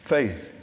faith